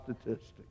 statistics